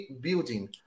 building